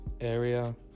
area